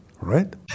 right